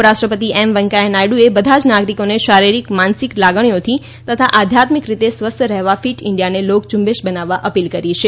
ઉપરાષ્ટ્રપતિ એમ વેકૈયા નાયડુએ બધા જ નાગરીકોને શારીરીક માનસિક લાગણીઓથી તથા આધ્યાત્મિક રીતે સ્વસ્થ રહેવા ફીટ ઇન્ડિયાને લોકઝુંબેશ બનાવવા અપીલ કરી છે